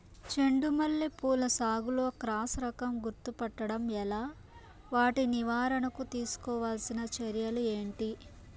చెండు మల్లి పూల సాగులో క్రాస్ రకం గుర్తుపట్టడం ఎలా? వాటి నివారణకు తీసుకోవాల్సిన చర్యలు ఏంటి?